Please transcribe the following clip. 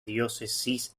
diócesis